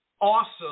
awesome